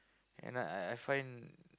and I I I find